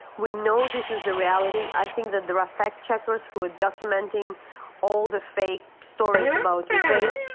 we know this is the reality. i think that there are fact checkers who are documenting all the fake stories about ukraine,